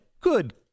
good